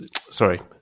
Sorry